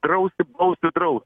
drausti bausti drausti